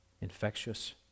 infectious